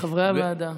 חברי הוועדה.